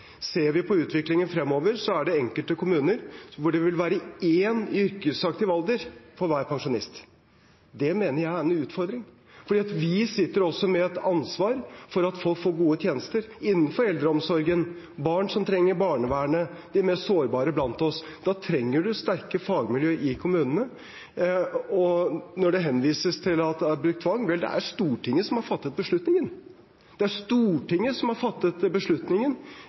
Ser vi på utviklingen fremover, er det enkelte kommuner hvor det vil være én i yrkesaktiv alder for hver pensjonist. Det mener jeg er en utfordring, for vi sitter også med et ansvar for at folk får gode tjenester, innenfor eldreomsorgen, barn som trenger barnevernet – de mest sårbare blant oss. Da trenger man sterke fagmiljøer i kommunene. Og når det henvises til at det er brukt tvang: Vel, det er Stortinget som har fattet beslutningen. Det er Stortinget som har fattet beslutningen